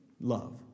love